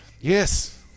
Yes